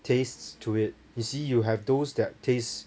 taste to it you see you have those that tastes